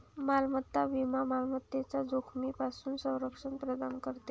मालमत्ता विमा मालमत्तेच्या जोखमीपासून संरक्षण प्रदान करते